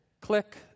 click